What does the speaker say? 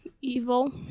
evil